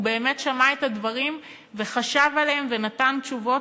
והוא באמת שמע את הדברים וחשב עליהם ונתן תשובות,